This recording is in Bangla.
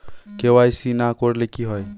কে.ওয়াই.সি না করলে কি হয়?